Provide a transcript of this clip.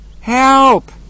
help